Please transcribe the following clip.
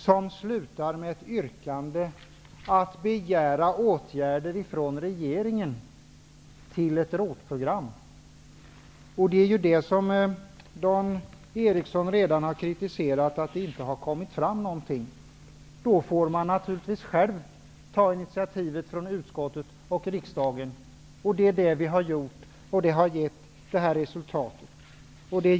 Man slutar med ett yrkande om att begära åtgärder från regeringen till ett ROT program. Dan Eriksson har nu kritiserat att det inte har kommmit fram någonting. Men då får ju utskottet och riksdagen själva ta initiativ. Det har vi också gjort, och det har givit detta resultat.